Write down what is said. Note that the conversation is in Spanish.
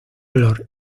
olor